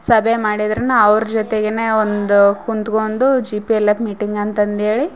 ಸಭೆ ಮಾಡಿದರೂನು ಅವ್ರ ಜೊತೆಗೆನೇ ಒಂದು ಕುಂತ್ಕೊಂಡು G P L F meeting ಅಂತಂದೇಳಿ